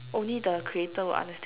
only the creator will understand